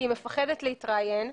כי היא מפחדת להתראיין,